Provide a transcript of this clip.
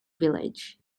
village